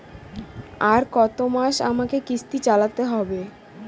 আর কতমাস আমাকে কিস্তি চালাতে হবে?